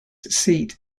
seat